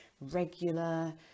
regular